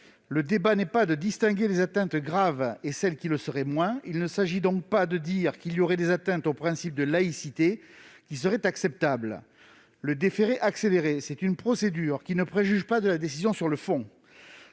Le débat n'est pas de distinguer les atteintes qui sont graves et celles qui le seraient moins ; il ne s'agit donc pas de dire qu'il y aurait des atteintes au principe de laïcité qui seraient acceptables. Le déféré « accéléré » est une procédure qui ne préjuge pas de la décision sur le fond.